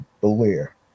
Blair